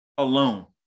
alone